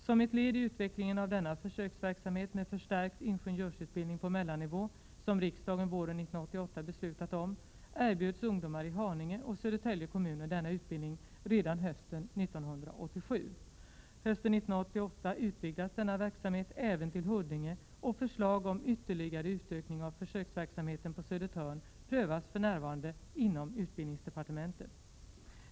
Som ett led i utvecklingen av denna försöksverksamhet med förstärkt ingenjörsutbildning på mellannivå, som riksdagen våren 1988 beslutat om, erbjöds ungdomar i Haninge och Södertälje kommuner denna utbildning redan hösten 1987. Hösten 1988 utvidgas denna verksamhet även till Huddinge och förslag om ytterligare utökning av försöksverksamheten på Södertörn prövas för närvarande inom utbildningsdepartementet.